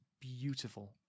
beautiful